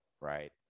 right